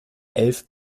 elf